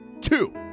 Two